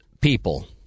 people